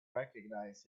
recognize